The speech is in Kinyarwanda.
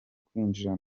kwinjira